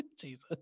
Jesus